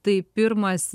tai pirmas